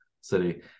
city